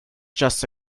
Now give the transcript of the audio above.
just